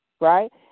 right